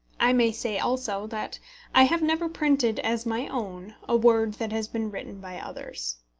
i may say also that i have never printed as my own a word that has been written by others.